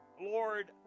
Lord